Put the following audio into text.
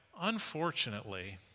Unfortunately